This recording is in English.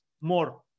more